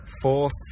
fourth